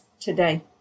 today